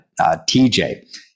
TJ